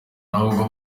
nabo